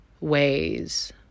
ways